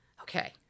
Okay